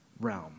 realm